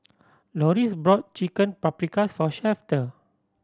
Loris bought Chicken Paprikas for Shafter